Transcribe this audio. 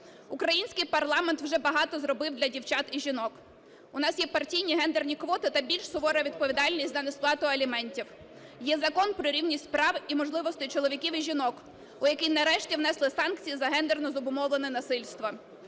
Український парламент вже багато зробив для дівчат і жінок. У нас є партійні гендерні квоти та більш сувора відповідальність за несплату аліментів, є Закон про рівність прав і можливостей чоловіків і жінок, у який нарешті внесли санкції за ґендерно обумовлене насильство.